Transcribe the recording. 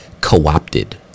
co-opted